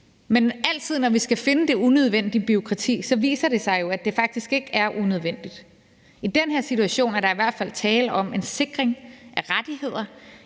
Men når vi skal finde det unødvendige bureaukrati, viser det sig jo altid, at det faktisk ikke er unødvendigt. I den her situation er der i hvert fald tale om en sikring af rettigheder,